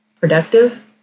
productive